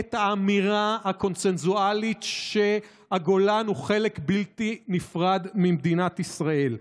את האמירה הקונסנזואלית שהגולן הוא חלק בלתי נפרד ממדינת ישראל.